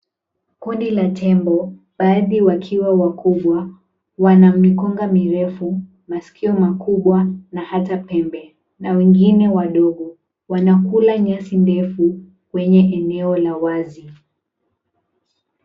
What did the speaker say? Kundi la tembo, baadhi wakiwa wakubwa, wana mikonga mirefu, masikio makubwa, na hata pembe, na wengine wadogo. Wanakula nyasi ndefu kwenye eneo la wazi.